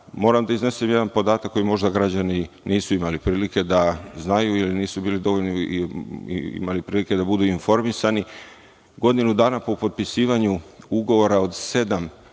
da iznesem jedan podatak koji možda građani nisu imali prilike da znaju ili nisu imali dovoljno prilike da budu informisani. Godinu dana po potpisivanju ugovora, od sedam